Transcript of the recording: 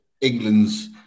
England's